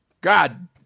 God